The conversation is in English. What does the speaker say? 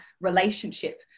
relationship